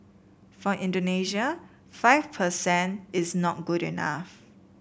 for Indonesia five per cent is not good enough